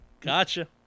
Gotcha